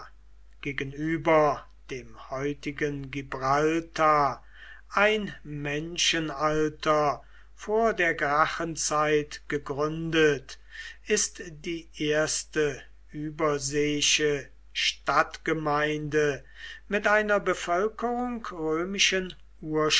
gegenüber dem heutigen gibraltar ein menschenalter vor der gracchenzeit gegründet ist die erste überseeische stadtgemeinde mit einer bevölkerung